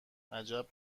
عجب